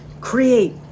create